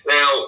Now